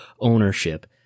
ownership